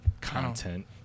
content